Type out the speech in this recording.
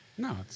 No